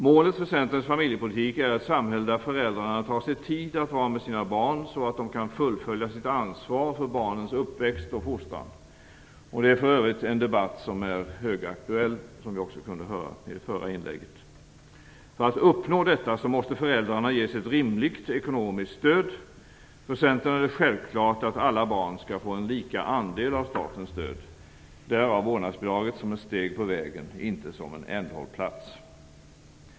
Målet för Centerns familjepolitik är ett samhälle där föräldrarna tar sig tid att vara med sina barn så att de kan fullfölja sitt ansvar för barnens uppväxt och fostran. Det är för övrigt ett debattämne som är högaktuellt - som vi för övrigt kunde höra i det förra inlägget. För att kunna uppnå detta mål måste föräldrarna ges ett rimligt ekonomiskt stöd. För Centern är det självklart att alla barn skall få en lika andel av statens stöd. Där skall vårdnadsbidraget betraktas som ett steg på vägen, inte en ändhållplats.